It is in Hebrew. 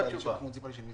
--- מוניציפלי.